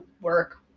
work